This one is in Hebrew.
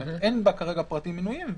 אין בה כרגע פרטים מנויים,